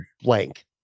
blank